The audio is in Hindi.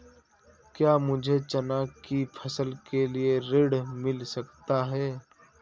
क्या मुझे चना की फसल के लिए ऋण मिल सकता है?